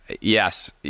Yes